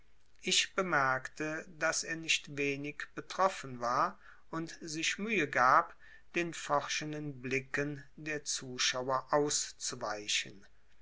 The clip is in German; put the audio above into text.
ich bemerkte daß er nicht wenig betroffen war und sich mühe gab den forschenden blicken der zuschauer auszuweichen